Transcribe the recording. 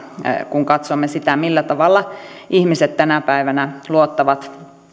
kun katsomme sitä millä tavalla ihmiset tänä päivänä luottavat